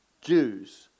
Jews